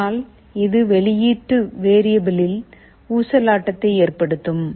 ஆனால் இது வெளியீட்டு வெறியபிலில் ஊசலாட்டத்தை ஏற்படுத்தும்